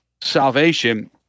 salvation